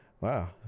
wow